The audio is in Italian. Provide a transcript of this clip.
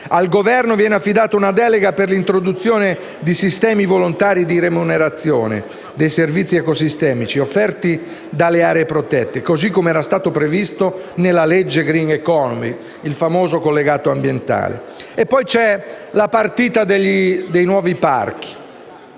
Al Governo viene affidata una delega per l’introduzione di sistemi volontari di remunerazione dei servizi ecosistemici offerti dalle aree protette, come era stato previsto nella legge sulla green economy, il famoso collegato ambientale. Poi c’è la partita dei nuovi parchi: